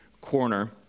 corner